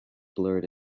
blurred